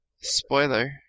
spoiler